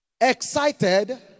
excited